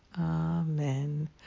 Amen